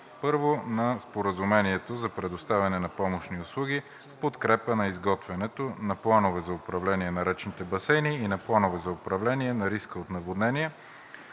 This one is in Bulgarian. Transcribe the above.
№ 1 на Споразумението за предоставяне на помощни услуги в подкрепа на изготвянето на Планове за управление на речните басейни и на Планове за управление на риска от наводнения